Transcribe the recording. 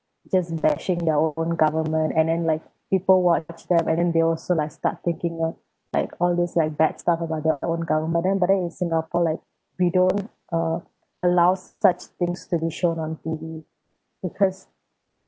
just bashing their own government and then like people watch them and then they also like start thinking of like all those like bad stuff about their own government then but then in singapore like we don't uh allows such things to be shown on T_V because